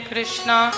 Krishna